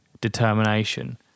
determination